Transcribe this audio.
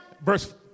verse